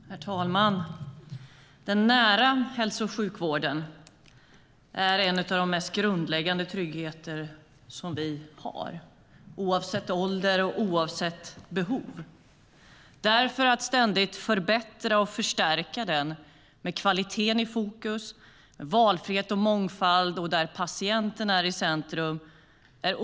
Herr talman! Den nära hälso och sjukvården är en av de mest grundläggande tryggheterna vi har oavsett ålder och oavsett behov. Därför är det oerhört viktigt att fortsätta att jobba med utmaningarna att ständigt förbättra och förstärka vården med kvalitet i fokus, valfrihet och mångfald och där patienterna är i centrum.